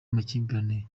amakimbirane